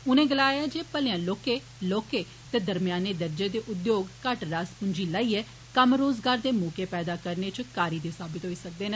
उनें गलाया जे भलेयां लौहकें लौहके ते दरमेयानें दर्जे दे उद्योग घट्ट रास पूंजी लाइयै कम्म रोज़गार दे मौके पैदा करने च कारी दे साबत होन्दे न